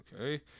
Okay